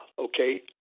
okay